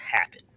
happen